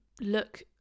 look